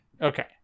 Okay